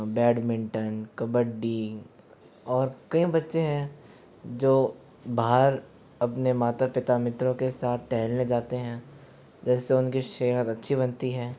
badminton kabaddi और कई बच्चे हैं जो बाहर अपने माता पिता मित्रों के साथ टहलने जाते हैं जिससे उनकी सेहत अच्छी बनती है